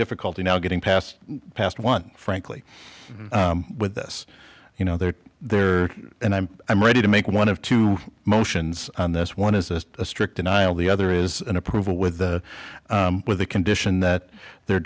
difficulty now getting past past one frankly with this you know they're there and i'm i'm ready to make one of two motions and this one is a strict denial the other is an approval with the with the condition that they're